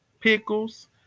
pickles